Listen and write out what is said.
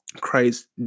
Christ